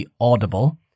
Audible